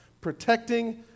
protecting